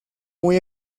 muy